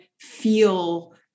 feel